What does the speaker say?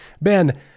Ben